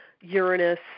Uranus